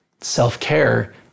Self-care